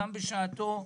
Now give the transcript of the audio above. גם בשעתו,